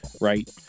right